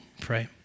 Pray